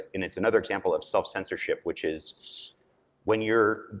and it's another example of self-censorship, which is when you're,